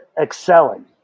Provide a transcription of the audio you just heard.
excelling